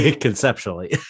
conceptually